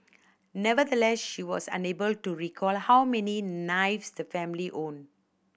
nevertheless she was unable to recall how many knives the family owned